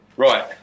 Right